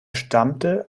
stammte